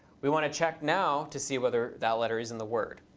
we want to check now to see whether that letter is in the word.